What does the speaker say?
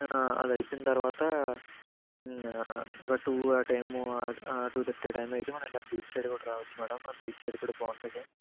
అదయిపోయిన తర్వాత ఒక two time two thirty టైమయితే మనం ఇలా బీచ్ సైడ్ రావచ్చు మేడం బీచ్ సైడ్ కూడా బాగుంటుంది